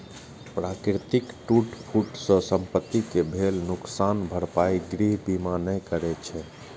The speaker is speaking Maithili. प्राकृतिक टूट फूट सं संपत्ति कें भेल नुकसानक भरपाई गृह बीमा नै करै छै